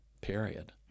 period